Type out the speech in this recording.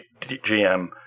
GM